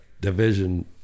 division